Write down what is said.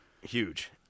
Huge